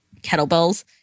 kettlebells